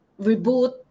reboot